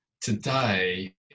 today